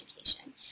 education